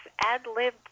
ad-lib